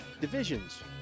divisions